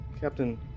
Captain